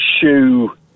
shoe